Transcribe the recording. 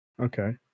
Okay